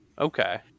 Okay